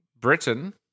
Britain